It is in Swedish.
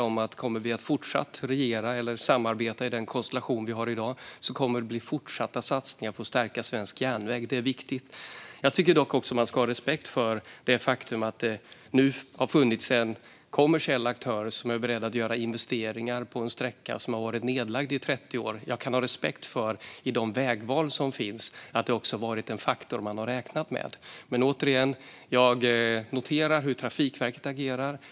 Om vi kommer att fortsätta regera eller samarbeta i den konstellation vi har i dag är jag nog övertygad om att det kommer att bli fortsatta satsningar på att stärka svensk järnväg. Det är viktigt. Jag tycker dock också att man ska ha respekt för det faktum att det nu finns en kommersiell aktör som är beredd att göra investeringar i en sträcka som har varit nedlagd i 30 år. Jag kan ha respekt för, i de vägval som finns, att det också varit en faktor man har räknat med. Men återigen: Jag noterar hur Trafikverket agerar.